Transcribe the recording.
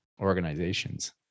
organizations